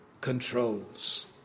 controls